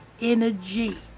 energy